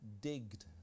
digged